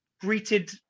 greeted